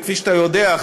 וכפי שאתה יודע,